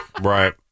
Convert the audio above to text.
Right